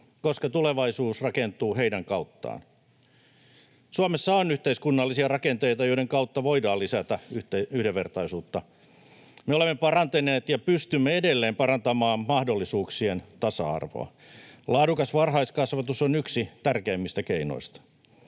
koska tulevaisuus rakentuu heidän kauttaan. Suomessa on yhteiskunnallisia rakenteita, joiden kautta voidaan lisätä yhdenvertaisuutta. Me olemme parantaneet ja pystymme edelleen parantamaan mahdollisuuksien tasa-arvoa. Laadukas varhaiskasvatus on yksi tärkeimmistä keinoista.